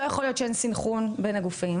לא יכול להיות שאין סנכרון בין הגופים.